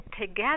together